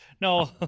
no